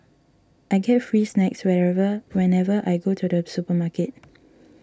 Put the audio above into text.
I get free snacks wherever whenever I go to the supermarket